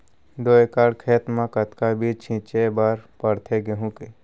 दो एकड़ खेत म कतना बीज छिंचे बर पड़थे गेहूँ के?